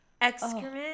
Excrement